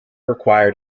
required